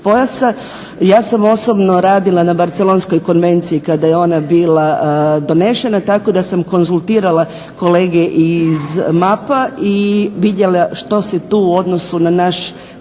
Ja sam osobno radila na Barcelonskoj konvenciji kada je ona bila donešena, tako da sam konzultirala kolege iz mapa i vidjela što se tu u odnosu na naš poseban